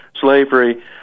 slavery